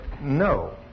No